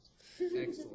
Excellent